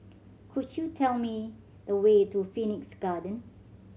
could you tell me the way to Phoenix Garden